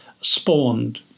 spawned